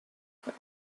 fall